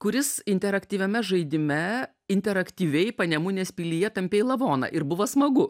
kuris interaktyviame žaidime interaktyviai panemunės pilyje tampei lavoną ir buvo smagu